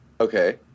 Okay